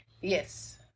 yes